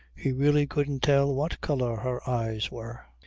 he really couldn't tell what colour her eyes were.